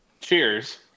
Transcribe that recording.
cheers